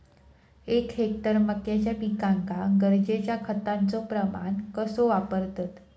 एक हेक्टर मक्याच्या पिकांका गरजेच्या खतांचो प्रमाण कसो वापरतत?